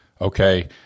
Okay